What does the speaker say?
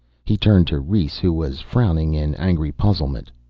he turned to rhes, who was frowning in angry puzzlement.